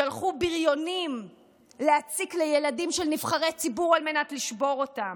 שלחו בריונים להציק לילדים של נבחרי ציבור על מנת לשבור אותם.